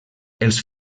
els